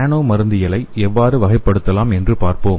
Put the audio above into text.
நானோ மருந்தியலை எவ்வாறு வகைப்படுத்தலாம் என்று பார்ப்போம்